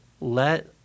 let